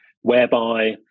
whereby